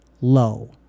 low